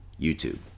YouTube